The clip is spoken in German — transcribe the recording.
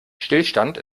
stillstand